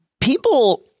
people